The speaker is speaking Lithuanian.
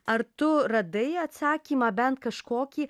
ar tu radai atsakymą bent kažkokį